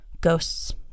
ghosts